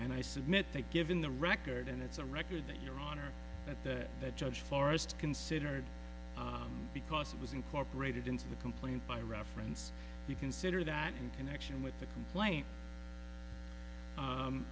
and i submit that given the record and it's a record that your honor that the judge forrest considered because it was incorporated into the complaint by reference you consider that in connection with the complaint